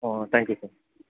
thank you sir